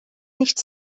nicht